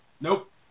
Nope